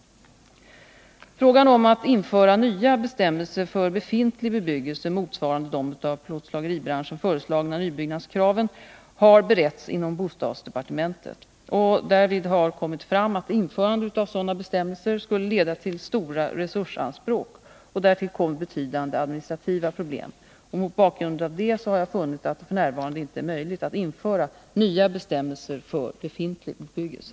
Måndagen den Frågan om att införa nya bestämmelser för befintlig bebyggelse motsva 1 december 1980 rande de av plåtslageribranschen föreslagna nybyggnadskraven har beretts inom bostadsdepartementet. Därvid har kommit fram att införandet av sådana bestämmelser skulle leda till stora resursanspråk. Därtill kommer betydande administrativa problem. Mot bakgrund av detta har jag funnit att det f. n. inte är möjligt att införa nya bestämmelser för befintlig bebyggelse.